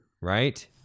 right